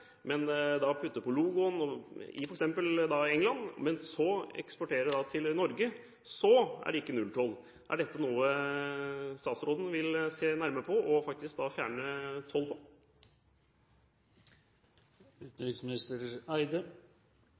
men putter på logoen i f.eks. England, og så eksporterer til Norge, så er det ikke nulltoll. Er dette noe utenriksministeren vil se nærmere på og fjerne toll på?